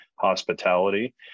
hospitality